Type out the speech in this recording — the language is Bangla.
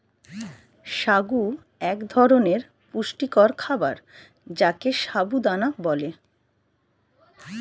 সাগু এক ধরনের পুষ্টিকর খাবার যাকে সাবু দানা বলে